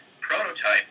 prototype